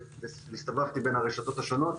הסתובבתי בין הרשתות השונות